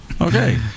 Okay